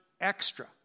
extra